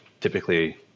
typically